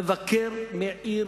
המבקר מעיר